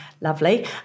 lovely